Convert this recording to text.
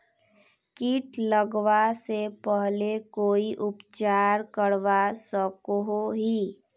किट लगवा से पहले कोई उपचार करवा सकोहो ही?